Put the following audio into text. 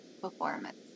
performance